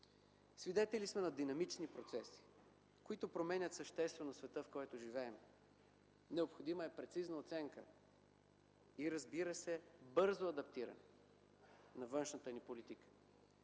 Свидетели сме на динамични процеси, които променят съществено света, в който живеем. Необходима е прецизна оценка и, разбира се, бързо адаптиране на външната ни политика.